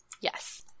Yes